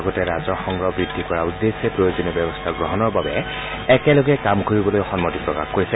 লগতে ৰাজহ সংগ্ৰহ বৃদ্ধি কৰাৰ উদ্দেশ্যে প্ৰয়োজনীয় ব্যৱস্থা গ্ৰহণৰ বাবে একেলগে কাম কৰিবলৈ সন্মতি প্ৰকাশ কৰিছে